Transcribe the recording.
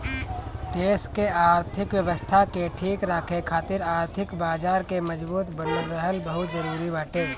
देस के आर्थिक व्यवस्था के ठीक राखे खातिर आर्थिक बाजार के मजबूत बनल रहल बहुते जरुरी बाटे